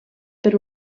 per